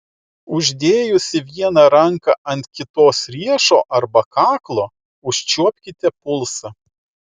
uždėjusi vieną ranką ant kitos riešo arba kaklo užčiuopkite pulsą